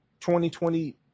2020